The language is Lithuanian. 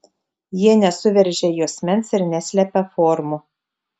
jie nesuveržia juosmens ir neslepia formų